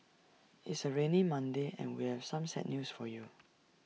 it's A rainy Monday and we have some sad news for you